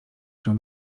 się